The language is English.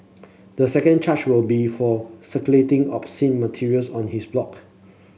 the second charge will be for circulating obscene materials on his block